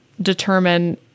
determine